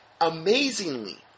Amazingly